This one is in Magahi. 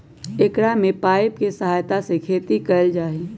एकरा में पाइप के सहायता से खेती कइल जाहई